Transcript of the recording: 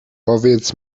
powiedz